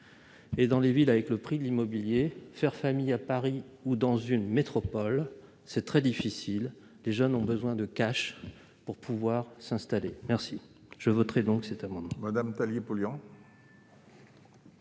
Or, on le sait, avec les prix de l'immobilier, créer une famille à Paris ou dans une métropole est très difficile. Les jeunes ont besoin de cash pour pouvoir s'installer. Je voterai donc ces amendements.